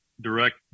direct